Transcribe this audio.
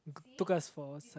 took us for sci~